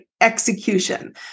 execution